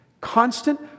Constant